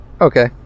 Okay